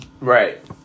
Right